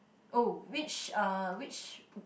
oh which uh which